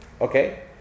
Okay